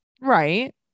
Right